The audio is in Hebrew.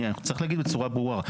אני צריך להגיד בצורה ברורה,